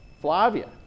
Flavia